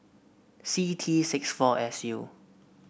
C T six four S U